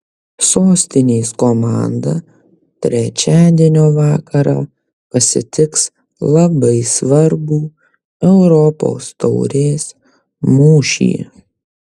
sostinės komanda trečiadienio vakarą pasitiks labai svarbų europos taurės mūšį